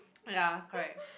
ya correct